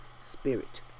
spirit